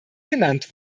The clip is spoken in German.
genannt